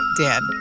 Dan